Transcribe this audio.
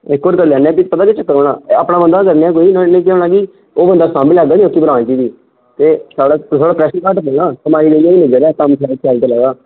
इक होर करी लैन्ने आं फिर पता केह् चक्कर होना अपना बंदा गै करने आं कोई नुआढ़े नै केह् होना कि ओह् बंदा साम्भी लैगा नीं उस ब्रांच गी ते साढ़े तुआढ़े पर प्रैशर घट्ट पौना कमी भाएं नेईं करै कम्म कराई ते लैआं